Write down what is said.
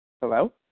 Hello